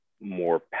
more